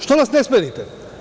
Što nas ne smenite?